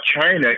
China